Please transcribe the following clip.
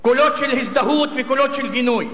קולות של הזדהות וקולות של גינוי.